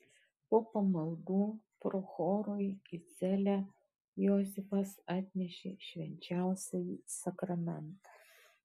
po pamaldų prochorui į celę josifas atnešė švenčiausiąjį sakramentą